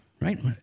right